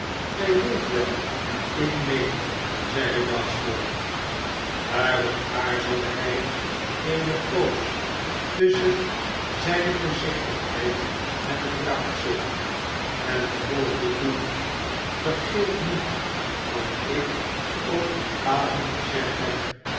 gij weet wel wien ik meen zeide asnjord daarop aarzelde hij eene poos tusschen zijne voorzich tigheid en wraakzucht en vervolgde toen vergeet niet wat ik op men avond gezegd heb